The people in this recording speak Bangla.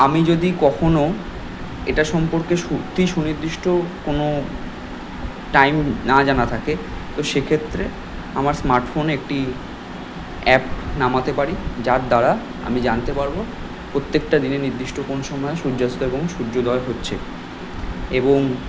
আমি যদি কখনও এটা সম্পর্কে সত্যিই সুনির্দিষ্ট কোনও টাইম না জানা থাকে তো সে ক্ষেত্রে আমার স্মার্টফোনে একটি অ্যাপ নামাতে পারি যার দ্বারা আমি জানতে পারবো প্রত্যেকটা দিনে নির্দিষ্ট কোন সময় সূয্যাস্ত এবং সূয্যোদয় হচ্ছে এবং